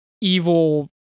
evil